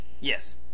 Yes